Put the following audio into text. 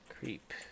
creep